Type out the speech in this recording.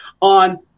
on